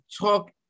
talk